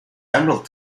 emerald